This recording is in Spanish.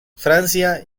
francia